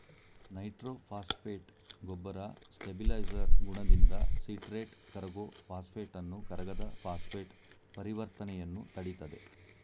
nitrophosphate ಗೊಬ್ಬರ stabiliser ಗುಣದಿಂದ citrate ಕರಗೋ ಫಾಸ್ಫೇಟನ್ನು ಕರಗದ ಫಾಸ್ಫೇಟ್ ಪರಿವರ್ತನೆಯನ್ನು ತಡಿತದೆ